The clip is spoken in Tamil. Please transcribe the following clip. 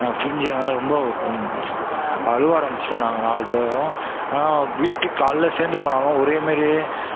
நாங்கள் பிரிஞ்சு அதனால் ரொம்ப அழுக ஆரம்பிச்சுட்டோம் நாங்கள் நாலு பேரும் ஆனால் விட்டுக்கு காலைல சேர்ந்து போனாலும் ஒரே மாதிரியே